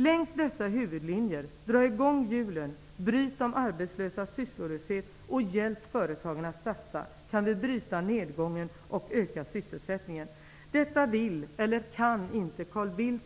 Längs dessa huvudlinjer -- dra i gång hjulen, bryt de arbetslösas sysslolöshet och hjälp företagen att satsa -- kan vi bryta nedgången och öka sysselsättningen. Detta vill eller kan inte Carl Bildt,